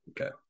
Okay